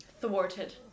Thwarted